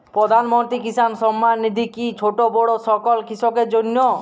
প্রধানমন্ত্রী কিষান সম্মান নিধি কি ছোটো বড়ো সকল কৃষকের জন্য?